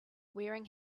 wearing